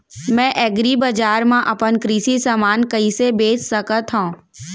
मैं एग्रीबजार मा अपन कृषि समान कइसे बेच सकत हव?